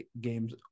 games